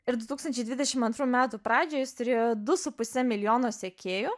ir du tūkstančiai dvidešim antrų metų pradžioj jis turėjo du su puse milijono sekėjų